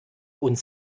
uns